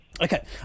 Okay